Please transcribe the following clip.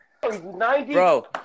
Bro